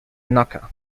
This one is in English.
knocker